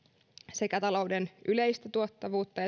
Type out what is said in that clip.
sekä talouden yleistä tuottavuutta